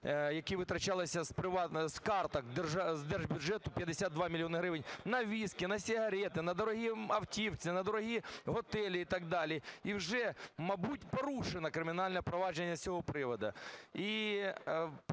які витрачалися з карток, з держбюджету, 52 мільйони гривень на віскі, на сигарети, на дорогі автівки, на дорогі готелі і так далі, і вже, мабуть, порушено кримінальне провадження з цього приводу.